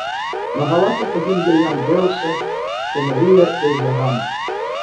mahalata pagimdė jam jeušą šemariją ir zahamą